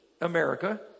America